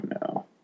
no